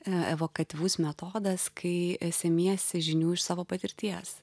evokatyvus metodas kai semiesi žinių iš savo patirties